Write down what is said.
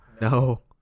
No